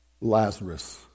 Lazarus